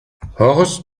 horst